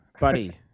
buddy